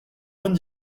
vingt